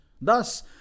Thus